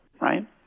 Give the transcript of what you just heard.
right